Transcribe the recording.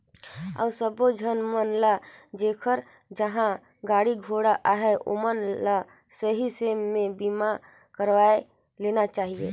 अउ सबो झन मन ल जेखर जघा गाड़ी घोड़ा अहे ओमन ल सही समे में बीमा करवाये लेना चाहिए